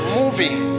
moving